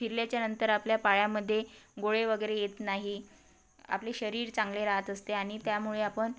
फिरल्याच्यानंतर आपल्या पायामध्ये गोळे वगैरे येत नाही आपले शरीर चांगले राहत असते आणि त्यामुळे आपण